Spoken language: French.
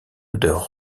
odeur